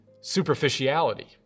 superficiality